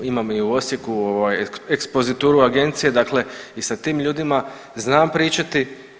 Imamo i u Osijeku ekspozituru agencije, dakle i sa tim ljudima znam pričati.